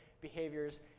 behaviors